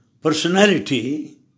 personality